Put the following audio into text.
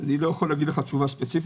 אני לא יכול לתת לך תשובה ספציפית.